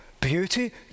Beauty